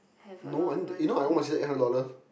no I need to you know I owe my sis eight hundred dollar